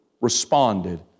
responded